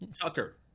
Tucker